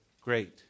Great